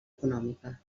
econòmica